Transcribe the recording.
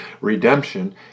redemption